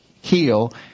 heal